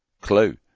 clue